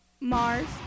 Mars